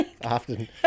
often